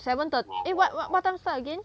seven third eh what what what time start again